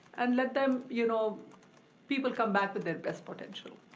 and let them. you know people come back to their best potential.